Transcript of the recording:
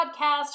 podcast